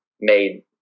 made